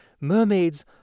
Mermaids